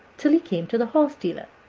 till he came to the horse-dealer,